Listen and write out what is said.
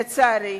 לצערי,